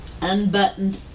unbuttoned